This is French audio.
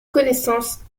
connaissances